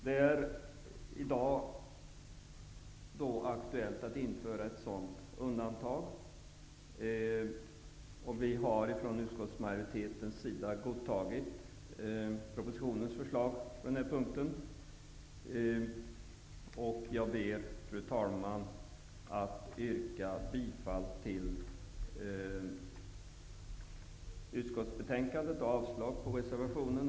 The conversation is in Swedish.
Det är i dag aktuellt att införa ett sådant undantag, och vi har från utskottsmajoritetens sida godtagit propositionens förslag på den punkten. Jag ber, fru talman, att få yrka bifall till utskottets hemställan och avslag på reservationen.